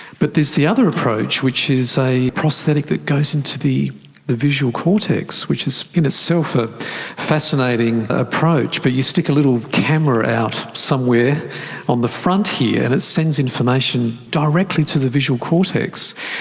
but there's the other approach, which is a prosthetic that goes into the the visual cortex, which is in itself a fascinating approach. but you stick a little camera out somewhere on the front here. and it sends information directly to the visual cortex.